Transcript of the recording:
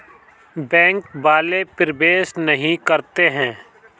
Bank वाले प्रवेश नहीं करते हैं?